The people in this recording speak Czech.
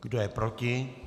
Kdo je proti?